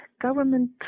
government